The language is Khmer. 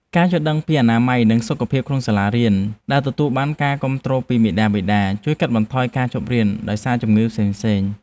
ការយល់ដឹងពីអនាម័យនិងសុខភាពក្នុងសាលារៀនដែលទទួលបានការគាំទ្រពីមាតាបិតា ជួយកាត់បន្ថយការឈប់រៀនដោយសារជំងឺផ្សេងៗ។